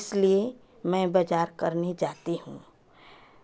इसलिए मैं बाज़ार करने जाती हूँ